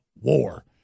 war